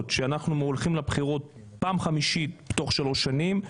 שאנחנו הולכים לבחירות פעם חמישית בתוך 3 שנים,